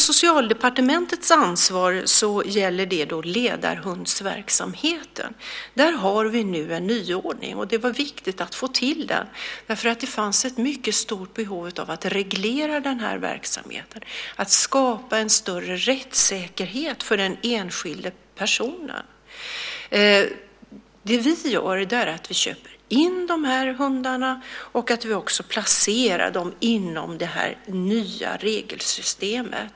Socialdepartementets ansvar gäller ledarhundsverksamheten. Där har vi nu en nyordning. Det var viktigt att få till det därför att det fanns ett mycket stort behov av att reglera den här verksamheten och skapa en större rättssäkerhet för den enskilde personen. Det vi gör är att vi köper in de här hundarna och placerar dem inom det nya regelsystemet.